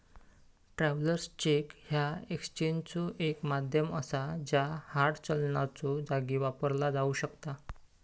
travellers cheque ह्या एक्सचेंजचो एक माध्यम असा ज्या हार्ड चलनाच्यो जागी वापरला जाऊ शकता